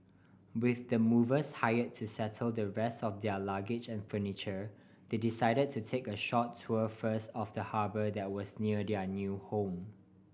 with the movers hire to settle the rest of their luggage and furniture they decided to take a short tour first of the harbour that was near their new home